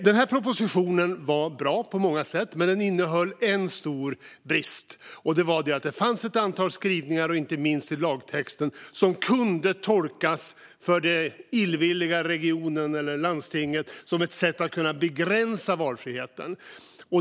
Den här propositionen var bra på många sätt, men den innehöll en stor brist, nämligen att det fanns ett antal skrivningar, inte minst i lagtexten, som för den illvilliga regionen eller landstinget kunde tolkas som ett sätt att kunna begränsa valfriheten.